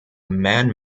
man